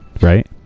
Right